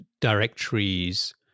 directories